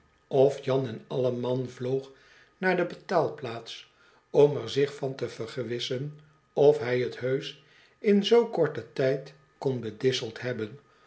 of jan en alleman vloog naar de betaalplaats om er zich van te vergewissen of hij t heusch in zoo korten tijd kon bedisseld hebben